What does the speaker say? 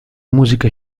musiche